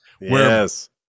Yes